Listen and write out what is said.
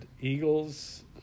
Eagles